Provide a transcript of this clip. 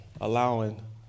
allowing